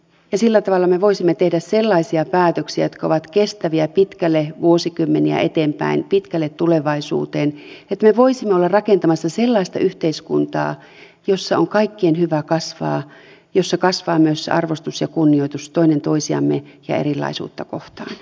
sillä tavalla me voisimme tehdä sellaisia päätöksiä jotka ovat kestäviä pitkälle vuosikymmeniä eteenpäin pitkälle tulevaisuuteen niin että me voisimme olla rakentamassa sellaista yhteiskuntaa jossa on kaikkien hyvä kasvaa jossa kasvaa myös se arvostus ja kunnioitus toinen toisiamme ja erilaisuutta kohtaan